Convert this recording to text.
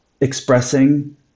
expressing